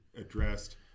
addressed